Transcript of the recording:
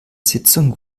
sitzung